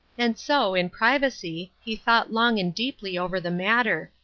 and so, in privacy, he thought long and deeply over the matter,